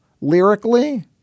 lyrically